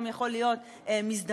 גם יכול להיות מזדמן,